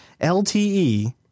LTE